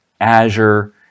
Azure